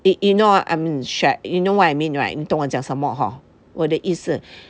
you you you know you know what I mean right 你懂我讲什么 hor 我的意思